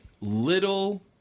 little